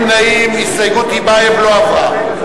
עברה.